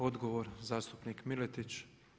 Odgovor zastupnik Miletić.